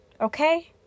Okay